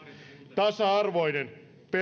tasa arvoinen